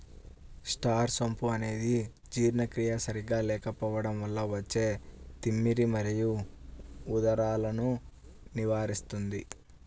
star సోంపు అనేది జీర్ణక్రియ సరిగా లేకపోవడం వల్ల వచ్చే తిమ్మిరి మరియు ఉదరాలను నివారిస్తుంది